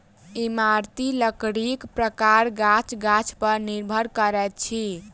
इमारती लकड़ीक प्रकार गाछ गाछ पर निर्भर करैत अछि